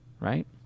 right